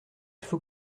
faut